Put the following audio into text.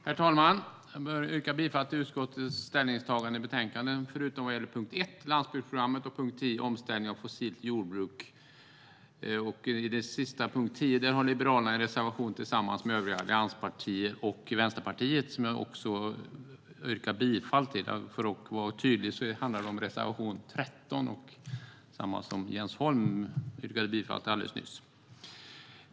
Herr talman! Jag yrkar bifall till utskottets ställningstaganden i betänkandet förutom vad gäller punkt 1, Landsbygdsprogrammet, och punkt 10, Omställning till ett fossilfritt jordbruk. Under punkt 10 har Liberalerna en reservation tillsammans med övriga allianspartier och Vänsterpartiet, som jag också yrkar bifall till. För att vara tydlig handlar det om reservation 13, densamma som Jens Holm yrkade bifall till alldeles nyss.